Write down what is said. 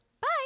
Bye